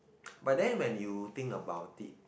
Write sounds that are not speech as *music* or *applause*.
*noise* but then when you think about it